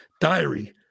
diary